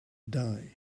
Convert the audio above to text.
die